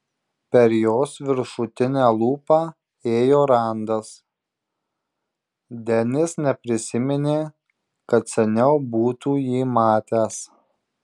per jos viršutinę lūpą ėjo randas denis neprisiminė kad seniau būtų jį matęs